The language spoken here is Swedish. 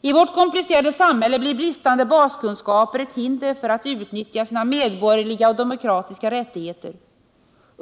I vårt komplicerade samhälle blir bristande baskunskaper ett hinder för att utnyttja sina medborgerliga och demokratiska rättigheter.